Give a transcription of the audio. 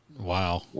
Wow